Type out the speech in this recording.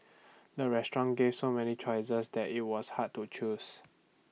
the restaurant gave so many choices that IT was hard to choose